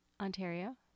Ontario